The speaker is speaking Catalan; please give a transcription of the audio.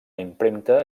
impremta